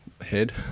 head